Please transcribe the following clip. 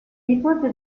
nipote